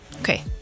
Okay